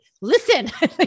Listen